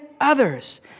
others